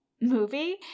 movie